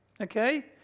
okay